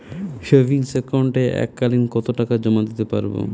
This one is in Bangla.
সেভিংস একাউন্টে এক কালিন কতটাকা জমা দিতে পারব?